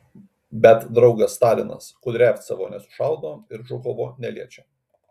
bet draugas stalinas kudriavcevo nesušaudo ir žukovo neliečia